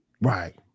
right